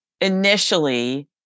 initially